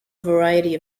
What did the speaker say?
variety